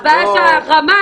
הבעיה זאת הרמה.